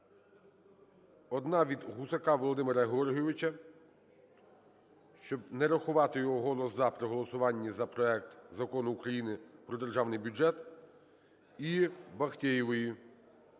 Одна - від Гусака Володимира Георгійовича, щоб не рахувати його голос "за" при голосуванні за проект Закону України про Державний бюджет. І Бахтеєвої